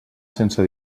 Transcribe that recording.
sense